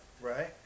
Right